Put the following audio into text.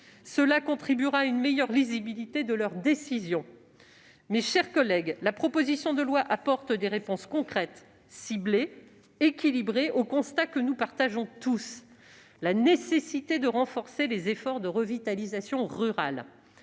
contribuera à une meilleure lisibilité de leurs décisions. Mes chers collègues, cette proposition de loi apporte des réponses concrètes, ciblées et équilibrées au constat que nous faisons tous : il est nécessaire d'accroître les efforts de revitalisation rurale.